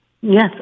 Yes